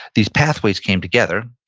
these pathways came together,